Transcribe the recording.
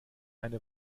eine